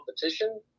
competition